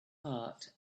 part